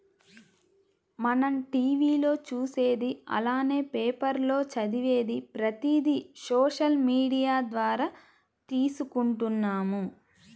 మనం టీవీ లో చూసేది అలానే పేపర్ లో చదివేది ప్రతిది సోషల్ మీడియా ద్వారా తీసుకుంటున్నాము